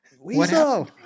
weasel